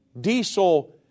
diesel